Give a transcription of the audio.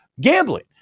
gambling